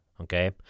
Okay